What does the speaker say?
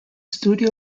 studio